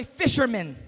fishermen